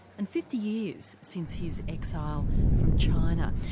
and fifty years since his exile from china.